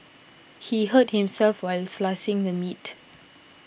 he hurt himself while slicing the meat